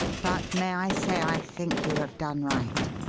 but may i say i think you have done right?